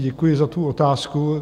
Děkuji za tu otázku.